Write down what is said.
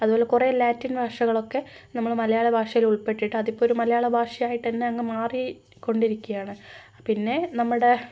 അതുപോലെ കുറേ ലാറ്റിൻ ഭാഷകളൊക്കെ നമ്മളുടെ മലയാള ഭാഷയിൽ ഉൾപ്പെട്ടിട്ട് അതിപ്പൊരു മലയാള ഭാഷയായിട്ടു തന്നെ അങ്ങ് മാറി കൊണ്ടിരിക്കുകയാണ് പിന്നെ നമ്മുടെ